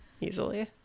Easily